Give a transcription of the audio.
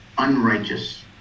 Unrighteous